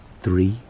Three